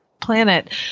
planet